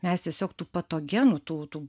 mes tiesiog tų patogenų tų tų